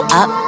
up